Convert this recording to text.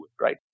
right